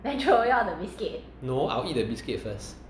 no I'll eat the biscuit first